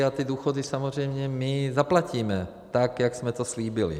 A ty důchody samozřejmě zaplatíme, jak jsme to slíbili.